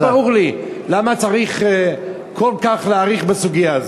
לא ברור למה צריך כל כך להאריך בסוגיה הזאת.